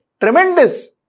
tremendous